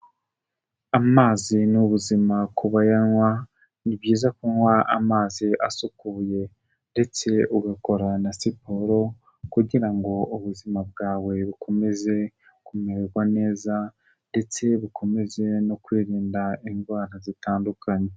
Amazi ni ubuzima ku bayanywa. Ni byiza kunywa amazi asukuye ndetse ugakora na siporo kugira ngo ubuzima bwawe bukomeze kumererwa neza, ndetse bukomeze no kwirinda indwara zitandukanye.